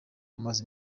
amaze